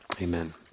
Amen